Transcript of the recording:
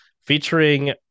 featuring